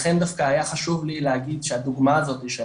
לכן דווקא היה חשוב לי להגיד שהדוגמא הזאתי של